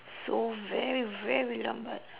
so very very lambat